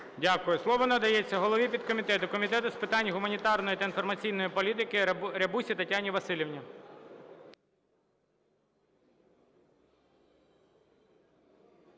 Дякую. Слово надається голові підкомітету Комітету з питань гуманітарної та інформаційної політики Рябусі Тетяні Василівні.